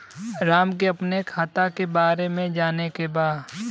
राम के अपने खाता के बारे मे जाने के बा?